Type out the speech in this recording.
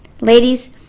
Ladies